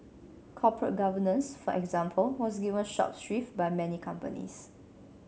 corporate governance for example was given short shrift by many companies